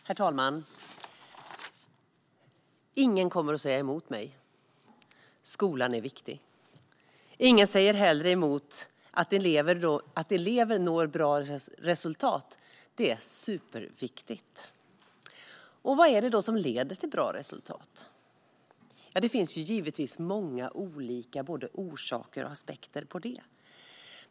Herr talman! Ingen kommer att säga emot mig när jag säger att skolan är viktig. Ingen säger heller emot att det är superviktigt att elever når bra resultat. Vad är det då som leder till bra resultat? Det finns givetvis många olika orsaker till och aspekter på det.